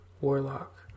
warlock